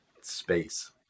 space